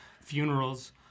funerals